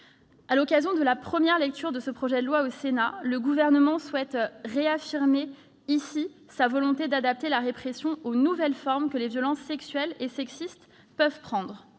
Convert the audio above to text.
À l'occasion de la première lecture de ce projet de loi au Sénat, le Gouvernement souhaite réaffirmer sa volonté d'adapter la répression aux nouvelles formes que les violences sexuelles et sexistes peuvent prendre.